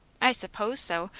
i suppose so.